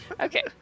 Okay